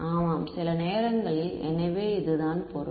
ஆமாம் சில நேரங்களில் எனவே இது தான் பொருள்